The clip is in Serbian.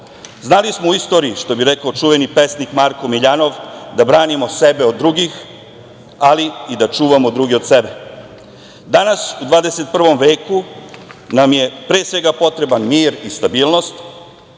smo u istoriji, što bi rekao čuveni pesnik Marko Miljanov „da branimo sebe od drugih, ali i da čuvamo druge od sebe“.Danas u 21. veku nam je pre svega potreban mir i stabilnost,